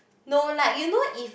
no lah you know if